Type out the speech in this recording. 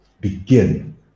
begin